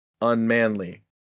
unmanly